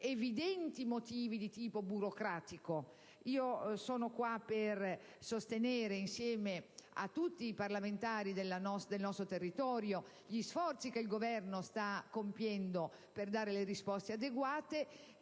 evidenti motivi di carattere burocratico. Sono qua per sostenere, insieme a tutti i parlamentari del nostro territorio, gli sforzi che il Governo sta compiendo per dare risposte adeguate,